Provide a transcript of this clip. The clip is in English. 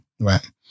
Right